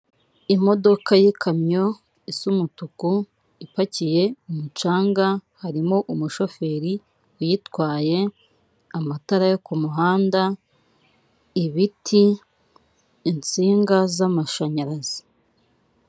Imodoka y'ikamyo isa umutuku ipakiye umucanga harimo umushoferi uyitwaye amatara yo kumuhanda ibiti insinga z'amashanyarazi.